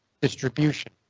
distribution